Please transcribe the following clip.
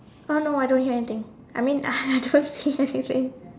uh no I don't hear anything I mean I don't hear anything